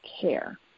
care